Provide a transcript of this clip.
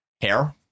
Hair